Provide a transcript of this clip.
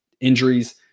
Injuries